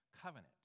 covenant